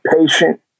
patient